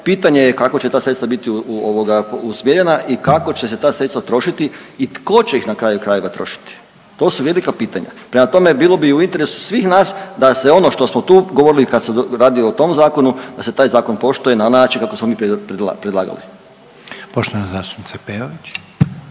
pitanje je kako će ta sredstva ovoga biti usmjerena i kako će se ta sredstva trošiti i tko će ih na kraju krajeva trošiti. To su velika pitanja. Prema tome, bilo bi u interesu svih nas da se ono što smo tu govorili kad se radi o tom zakonu, da se taj zakon poštuje na način kako smo mi predlagali. **Reiner, Željko